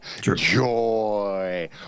Joy